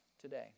today